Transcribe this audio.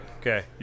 Okay